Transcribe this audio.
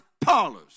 parlors